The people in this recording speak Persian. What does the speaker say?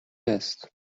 است